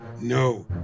No